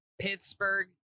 Pittsburgh